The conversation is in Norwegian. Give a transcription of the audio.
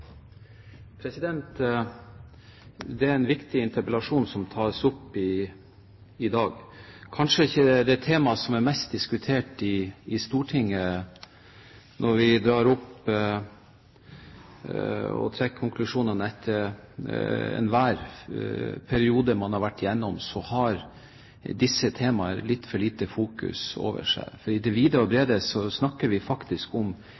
kanskje ikke det temaet som er mest diskutert i Stortinget. Når man trekker konklusjonene etter hver periode man har vært igjennom, så har disse temaer hatt litt for lite fokus. Vi snakker faktisk om en av de største økonomiske postene på vårt statsbudsjett. FN har faktisk vært i en situasjon der man nå i det